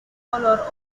color